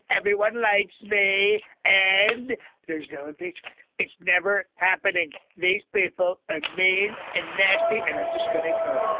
everyone likes bay and there's no impeachment. it's never happening. these people i made and nasty. and i'm just going to ignore it.